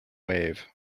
wave